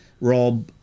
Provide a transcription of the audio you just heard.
Rob